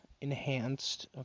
enhanced